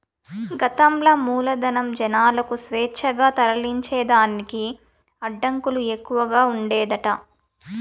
గతంల మూలధనం, జనాలకు స్వేచ్ఛగా తరలించేదానికి అడ్డంకులు ఎక్కవగా ఉండేదట